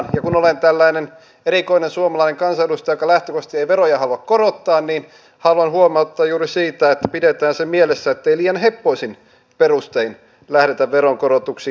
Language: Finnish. ja kun olen tällainen erikoinen suomalainen kansanedustaja joka lähtökohtaisesti ei veroja halua korottaa niin haluan huomauttaa juuri siitä että pidetään mielessä se ettei liian heppoisin perustein lähdetä veronkorotuksiin